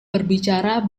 berbicara